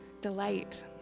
Delight